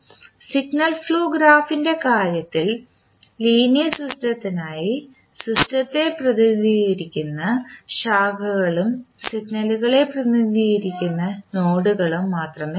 signal flow ഗ്രാഫിൻറെ കാര്യത്തിൽ linear സിസ്റ്റത്തിനായി സിസ്റ്റത്തെ പ്രതിനിധീകരിക്കുന്ന ശാഖകളും സിഗ്നലുകളെ പ്രതിനിധീകരിക്കുന്ന നോഡുകളും മാത്രമേ കാണൂ